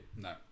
No